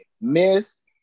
miss